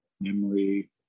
memory